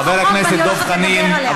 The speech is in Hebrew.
ואני הולכת לדבר עליה.